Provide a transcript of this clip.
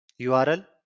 URL